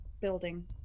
building